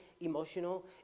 emotional